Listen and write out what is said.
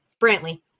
Brantley